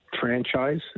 franchise